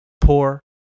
poor